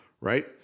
right